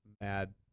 mad